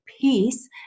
peace